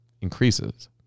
increases